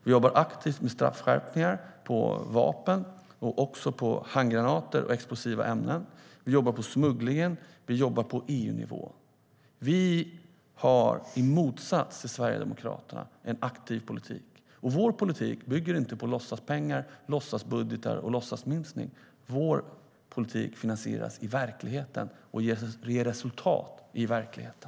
Vi jobbar aktivt med straffskärpningar för vapen, också för handgranater och explosiva ämnen. Vi jobbar med smugglingen. Och vi jobbar på EU-nivå. Till skillnad från Sverigedemokraterna har vi en aktiv politik. Och vår politik bygger inte på låtsaspengar, låtsasbudgetar och låtsasminskning. Vår politik finansieras i verkligheten och ger resultat i verkligheten.